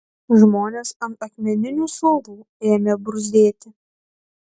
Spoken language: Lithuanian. žmonės ant akmeninių suolų ėmė bruzdėti